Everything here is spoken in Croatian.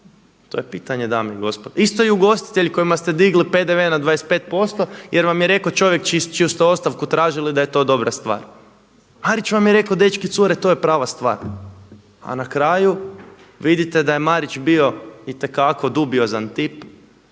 to je pitanje dame i gospodo. Isto i ugostitelji kojima ste digli PDV na 25% jer vam jer rekao čovjek čiju ste ostavku tražili da je to dobra stvar, Marić vam je rekao dečki i cure to je prava stvar, a na kraju vidite da je Marić bio itekako dubiozan tip